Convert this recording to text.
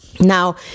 Now